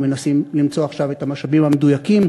אנחנו מנסים למצוא עכשיו את המשאבים המדויקים